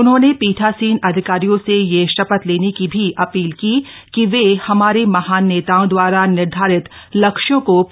उन्होंने पीठासीन अधिकारियों से यह शपथ लेने की भी अपील की कि वे हमारे महान नेताओं दवारा निर्धारित लक्ष्यों को पूरा करेंगे